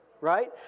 right